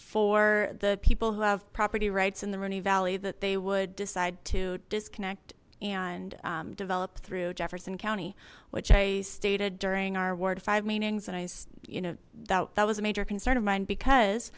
for the people who have property rights in the rooney valley that they would decide to disconnect and develop through jefferson county which i stated during our ward five meetings and i you know that was a major concern of mine because